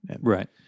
Right